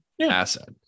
asset